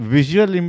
Visual